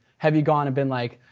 have you gone and been like,